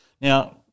Now